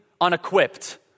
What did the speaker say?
unequipped